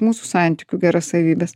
mūsų santykių geras savybes